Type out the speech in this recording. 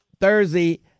Thursday